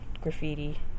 graffiti